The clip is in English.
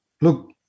Look